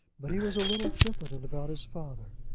but he was a little diffident about his father.